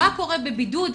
מה קורה בבידוד,